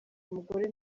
umugore